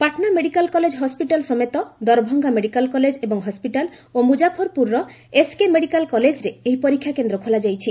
Patna medical college hospital ସମେତ Darbhanga medical college ଏବଂ hospital ଓ ମ୍ରଜାଫରପ୍ରରର ଏସ୍କେ ମେଡିକାଲ୍ କଲେଜରେ ଏହି ପରୀକ୍ଷାକେନ୍ଦ୍ର ଖୋଲାଯାଇଛି